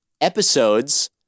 episodes